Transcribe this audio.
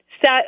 set